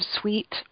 sweet